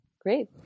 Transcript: Great